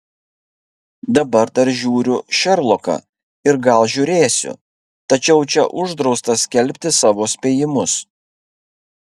dabar dar žiūriu šerloką ir gal žiūrėsiu tačiau čia uždrausta skelbti savo spėjimus